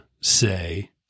say